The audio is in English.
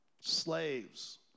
Slaves